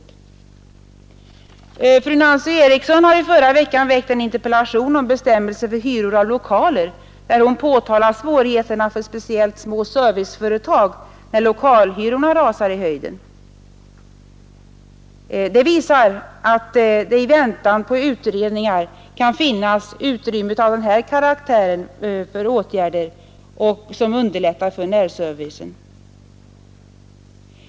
Fru Eriksson i Stockholm har i förra veckan väckt en interpellation om hyresbestämmelserna för lokaler, där hon påtalar svårigheterna för speciellt små serviceföretag när lokalhyrorna rusar i höjden. Det visar att det i väntan på utredningar kan finnas utrymme för åtgärder vilka underlättar en närservice.